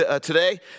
today